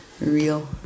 real